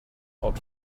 out